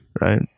Right